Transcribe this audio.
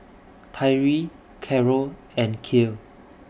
Tyree Carroll and Kiel